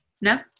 No